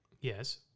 Yes